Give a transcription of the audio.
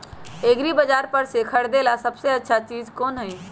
एग्रिबाजार पर से खरीदे ला सबसे अच्छा चीज कोन हई?